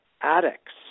addicts